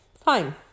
Fine